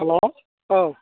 हेल' औ